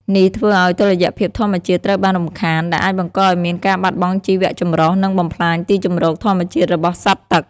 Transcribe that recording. នេះធ្វើឱ្យតុល្យភាពធម្មជាតិត្រូវបានរំខាន ដែលអាចបង្កឱ្យមានការបាត់បង់ជីវៈចម្រុះ និងបំផ្លាញទីជម្រកធម្មជាតិរបស់សត្វទឹក។